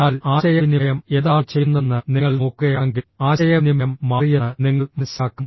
എന്നാൽ ആശയവിനിമയം എന്താണ് ചെയ്യുന്നതെന്ന് നിങ്ങൾ നോക്കുകയാണെങ്കിൽ ആശയവിനിമയം മാറിയെന്ന് നിങ്ങൾ മനസ്സിലാക്കും